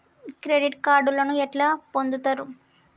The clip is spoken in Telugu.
క్రెడిట్ కార్డులను ఎట్లా పొందుతరు?